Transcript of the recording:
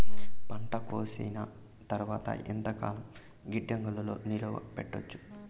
పంట కోసేసిన తర్వాత ఎంతకాలం గిడ్డంగులలో నిలువ పెట్టొచ్చు?